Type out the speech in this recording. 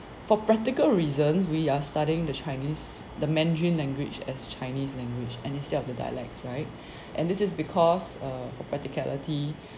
for practical reasons we are studying the chinese the mandarin language as chinese language and instead of the dialects right and this is because uh for practicality